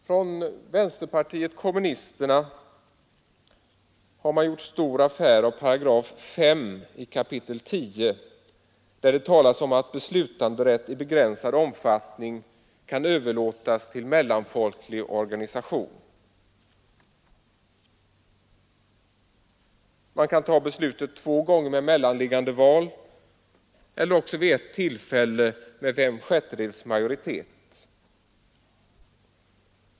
Från vänsterpartiet kommunisterna har man gjort stor affär av regeringsformens 10 kap. 5 §, där det stadgas att beslutanderätt i begränsad omfattning kan överlåtas till mellanfolklig organisation. Avgörandet kan antingen ske genom två beslut med mellanliggande val eller vid ett tillfälle med fem sjättedels majoritet.